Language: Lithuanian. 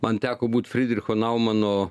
man teko būt fridricho naumano